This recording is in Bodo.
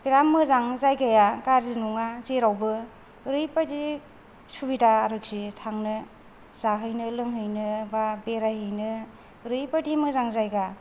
बिराद मोजां जायगाया गाज्रि नङा जेरावबो ओरैबादि सुबिदा आरोखि थांनो जाहैनो लोंहैनो बा बेरायहैनो ओरैबादि मोजां जायगा